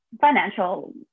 financial